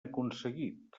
aconseguit